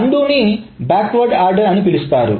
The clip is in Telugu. అన్డు ను బ్యాక్వర్డ్ ఆర్డర్ అని పిలుస్తారు